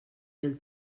del